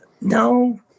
No